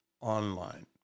Online